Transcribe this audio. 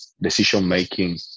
decision-making